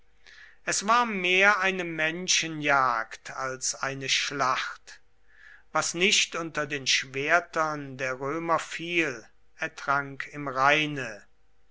es war mehr eine menschenjagd als eine schlacht was nicht unter den schwertern der römer fiel ertrank im rheine